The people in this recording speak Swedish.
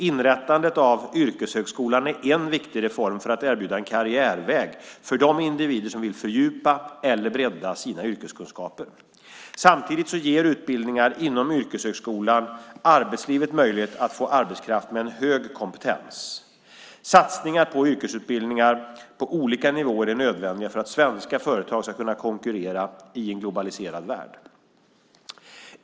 Inrättandet av yrkeshögskolan är en viktig reform för att erbjuda en karriärväg för de individer som vill fördjupa eller bredda sina yrkeskunskaper. Samtidigt ger utbildningar inom yrkeshögskolan arbetslivet möjlighet att få arbetskraft med en hög kompetens. Satsningar på yrkesutbildningar på olika nivåer är nödvändiga för att svenska företag ska kunna konkurrera i en globaliserad värld.